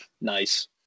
nice